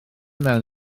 mewn